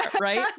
right